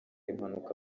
impanuka